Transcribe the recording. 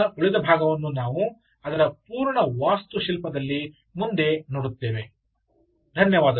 ಪ್ರೋಟೋಕಾಲ್ನ ಉಳಿದ ಭಾಗವನ್ನು ನಾವು ಅದರ ಪೂರ್ಣ ವಾಸ್ತುಶಿಲ್ಪದಲ್ಲಿ ಮುಂದೆ ನೋಡುತ್ತೇವೆ